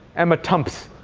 emma tumps.